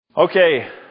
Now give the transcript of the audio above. Okay